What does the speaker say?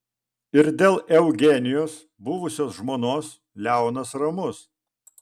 ir dėl eugenijos buvusios žmonos leonas ramus